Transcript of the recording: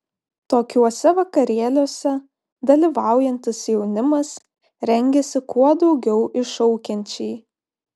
tokiuose vakarėliuose dalyvaujantis jaunimas rengiasi kuo daugiau iššaukiančiai